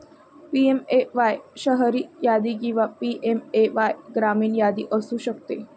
PMAY शहरी यादी किंवा पी.एम.ए.वाय ग्रामीण यादी असू शकते